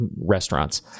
restaurants